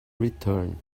return